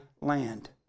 land